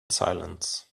silence